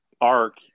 Arc